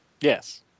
Yes